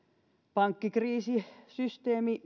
pankkikriisisysteemi